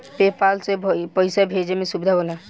पे पाल से पइसा भेजे में सुविधा होला